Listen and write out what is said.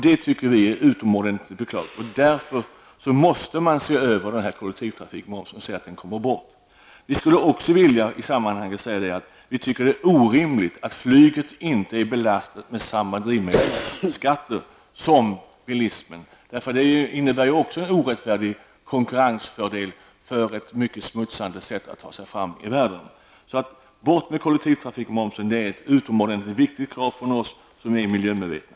Det är utomordentligt beklagligt. Därför måste man se över kollektivtrafikmomsen och se till att den kommer bort. Vi skulle också i detta sammanhang vilja säga att vi tycker att det är orimligt att flyget inte är belastat med samma drivmedelsskatter som bilismen. Det innebär också en orättfärdig konkurrensfördel för ett mycket smutsande sätt att ta sig fram i världen. Bort med kollektivtrafikmomsen! Det är ett utomordentligt viktigt krav från oss som är miljömedvetna.